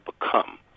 become